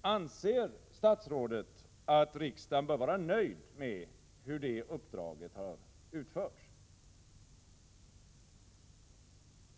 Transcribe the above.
Anser statsrådet att riksdagen bör vara nöjd med hur det uppdraget har utförts?